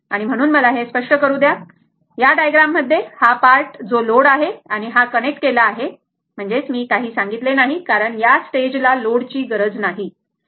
तर म्हणून मला ते स्पष्ट करू द्या म्हणून या डायग्राम मध्ये या डायग्राम मध्ये हा पार्ट जो लोड आहे आणि हा कनेक्ट केला आहे मी हे काही सांगितले नाही कारण या स्टेजला लोड ची गरज नाही बरोबर